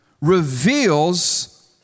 reveals